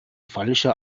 falscher